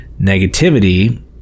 Negativity